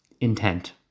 intent